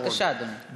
בבקשה, אדוני.